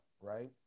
right